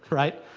right.